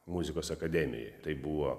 muzikos akademijoj tai buvo